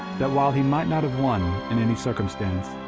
that while he might not have won in any circumstance,